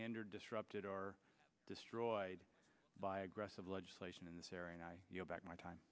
handed disrupted or destroyed by aggressive legislation in this area you know back in my time